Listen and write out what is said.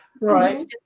Right